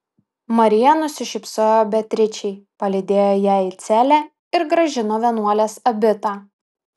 marija nusišypsojo beatričei palydėjo ją į celę ir grąžino vienuolės abitą